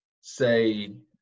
say